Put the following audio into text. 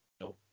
No